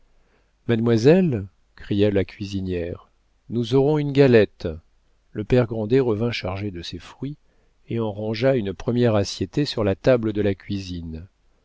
mademoiselle cria la cuisinière nous aurons une galette le père grandet revint chargé de ses fruits et en rangea une première assiettée sur la table de la cuisine